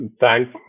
thanks